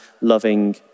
loving